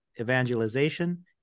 evangelization